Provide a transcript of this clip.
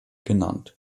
genannt